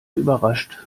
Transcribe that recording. überrascht